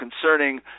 concerning